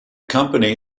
company